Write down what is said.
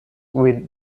with